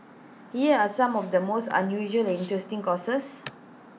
here are some of the mouth unusual and interesting courses